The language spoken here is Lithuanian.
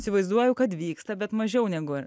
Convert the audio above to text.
įsivaizduoju kad vyksta bet mažiau negu